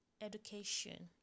education